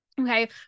Okay